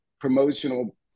promotional